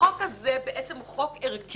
החוק הזה הוא חוק ערכי